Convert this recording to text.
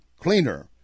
cleaner